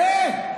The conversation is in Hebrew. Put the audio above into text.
אין.